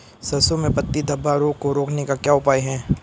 सरसों में पत्ती धब्बा रोग को रोकने का क्या उपाय है?